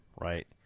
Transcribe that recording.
right